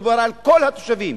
מדובר על כל התושבים,